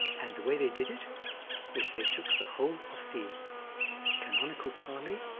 and the way they did it was they took the whole of the canonical pali,